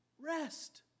Rest